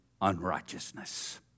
unrighteousness